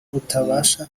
utabasha